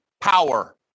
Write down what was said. power